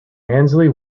ainslie